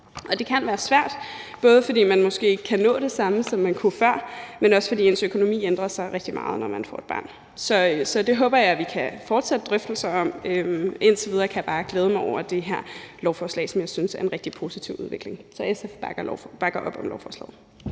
det kan være svært, både fordi man måske ikke kan nå det samme, som man kunne før, men også fordi ens økonomi ændrer sig rigtig meget, når man får et barn. Så det håber jeg at vi kan fortsætte drøftelser om. Indtil videre kan jeg bare glæde mig over det her lovforslag, som jeg synes er en rigtig positiv udvikling. Så SF bakker op om lovforslaget.